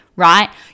right